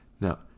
Now